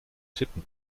tippen